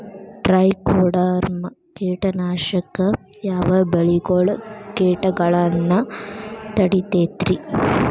Trichoderma ಕೇಟನಾಶಕ ಯಾವ ಬೆಳಿಗೊಳ ಕೇಟಗೊಳ್ನ ತಡಿತೇತಿರಿ?